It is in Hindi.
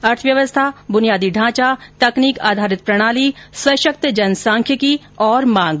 अर्थव्यवस्थ ब्नियादी ढांचा तकनीक आधारित प्रणाली सशक्त जनसांख्यिकी और मांग